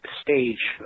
stage